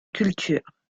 culture